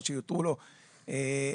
אבל שיותרו לא בהמשך.